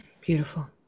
beautiful